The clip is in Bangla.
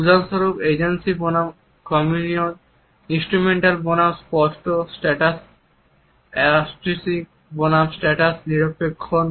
উদাহরণ স্বরূপ এজেন্সি বনাম কমিউনিয়ন ইন্সট্রুমেন্টাল বনাম এক্সপ্লিসিট স্ট্যাটাস অ্যাসার্টিং বনাম স্ট্যাটাস নিরপেক্ষকরণ